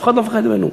אף אחד לא מפחד ממנו.